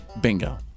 Bingo